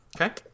Okay